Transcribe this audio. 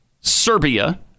Serbia